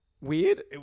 Weird